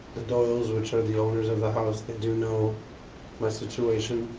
the doyles, which are the owners of the house, they do know my situation,